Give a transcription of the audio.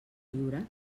lliure